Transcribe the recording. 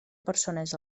persones